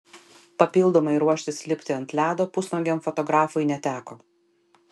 papildomai ruoštis lipti ant ledo pusnuogiam fotografui neteko